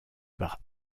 par